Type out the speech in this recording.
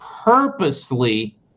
purposely